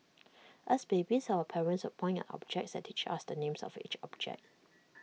as babies our parents would point at objects and teach us the names of each object